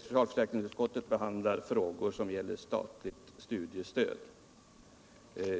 Socialförsäkringsutskottet behandlar frågor som gäller statligt studiestöd.